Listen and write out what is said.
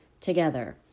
together